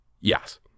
Yes